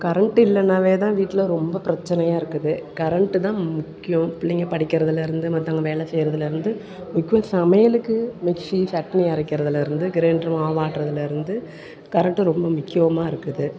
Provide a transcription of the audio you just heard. current இல்லைனாவே தான் வீட்டில் ரொம்ப பிரச்சினையா இருக்குது கரண்ட்டுதான் முக்கியம் பிள்ளைங்க படிக்கிறதிலிருந்து மற்றவங்க வேலை செய்யறதுலிருந்து இப்போது சமையலுக்கு மிக்ஸி சட்னி அரைக்கிறதுலிருந்து கிரைண்ட்ரு மாவாட்றதுலிருந்து கரண்ட்டு ரொம்ப முக்கியமாக இருக்குது